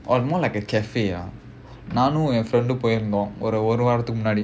or more like a cafe ah நானும் போயிருந்தோம் ஒரு ஒரு வாரத்துக்கு முன்னாடி:naanum poirunthom oru oru vaarathukku munnaadi